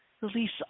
release